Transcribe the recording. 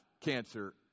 cancer